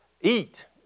eat